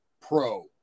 pro